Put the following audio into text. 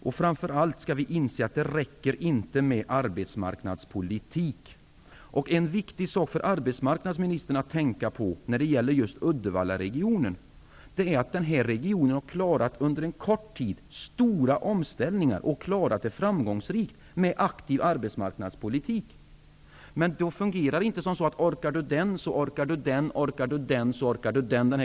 Men framför allt måste vi inse att det inte räcker med arbetsmarknadspolitik. En viktig sak för arbetsmarknadsministern att tänka på när det gäller Uddevallaregionen är att den under kort tid har klarat stora omställningar. Man har klarat det framgångsrikt med aktiv arbetsmarknadspolitik. Men det fungerar inte om man resonerar som i den gamla sagan: Orkar du den, så orkar du också den.